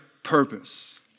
purpose